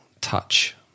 touch